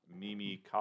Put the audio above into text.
Mimi